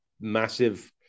massive